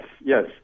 yes